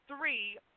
three